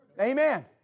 Amen